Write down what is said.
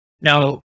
Now